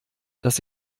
dass